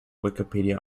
wikipedia